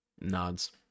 Nods